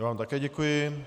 Já vám také děkuji.